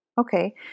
Okay